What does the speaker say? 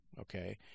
Okay